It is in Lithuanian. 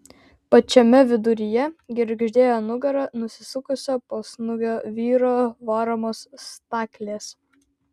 pačiame viduryje girgždėjo nugara nusisukusio pusnuogio vyro varomos staklės